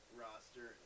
roster